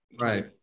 right